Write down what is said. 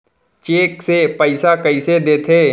Cheque से पइसा कइसे देथे?